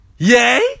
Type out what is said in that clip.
Yay